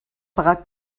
pagar